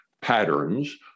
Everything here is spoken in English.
patterns